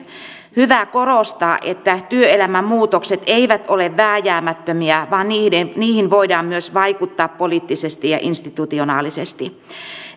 hyvä korostaa että työelämän muutokset eivät ole vääjäämättömiä vaan niihin voidaan myös vaikuttaa poliittisesti ja institutionaalisesti